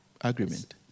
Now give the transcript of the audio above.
Agreement